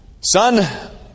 son